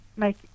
Make